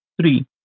three